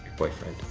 boyfriend,